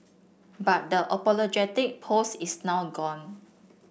but the apologetic post is now gone